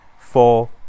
four